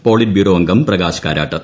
politburo അംഗം പ്രകാശ് കാരാട്ട്